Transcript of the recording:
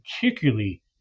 particularly